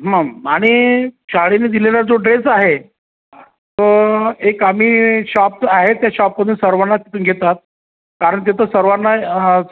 मम् आणि शाळेने दिलेला जो ड्रेस आहे तो एक आम्ही शॉप आहे त्या शॉपमधून सर्वांना तिथून घेतात कारण तिथं सर्वांना